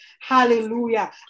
Hallelujah